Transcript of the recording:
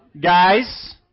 guys